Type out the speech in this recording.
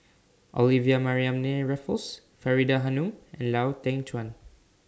Olivia Mariamne Raffles Faridah Hanum and Lau Teng Chuan